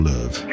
Love